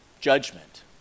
judgment